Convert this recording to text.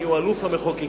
מיהו אלוף המחוקקים.